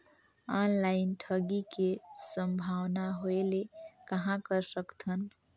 Online ठगी के संभावना होय ले कहां कर सकथन?